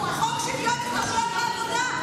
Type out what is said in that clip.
חוק שוויון הזדמנויות בעבודה,